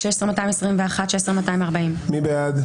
16,001 עד 16,020. מי בעד?